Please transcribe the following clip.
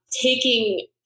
taking –